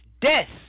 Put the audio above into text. death